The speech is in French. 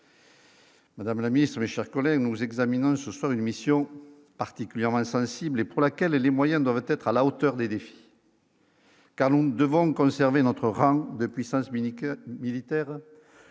Madame la Ministre, mes chers collègues, nous examinons ce soir une émission particulièrement sensibles et pour laquelle les moyens doivent être à la hauteur des défis. Cameroun devant conserver notre rang de puissance militaires